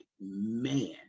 man